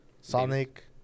Sonic